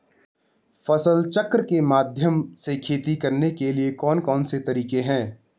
फसल चक्र के माध्यम से खेती करने के लिए कौन कौन से तरीके हैं?